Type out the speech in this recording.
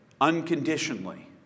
unconditionally